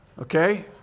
Okay